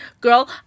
girl